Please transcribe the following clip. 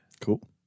Cool